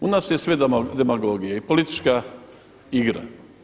U nas je sve demagogija i politička igra.